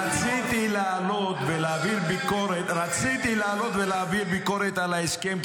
רציתי לעלות ולהעביר ביקורת על ההסכם,